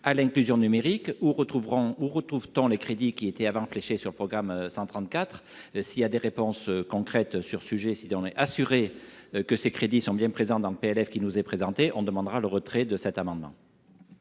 à l'inclusion numérique ou retrouveront on retrouve tant les crédits qui était avant fléchée sur le programme 100 34 ans, s'il y a des réponses concrètes sur sujet si on est assuré que ces crédits sont bien présents dans le PLF qui nous est présenté, on demandera le retrait de cet amendement.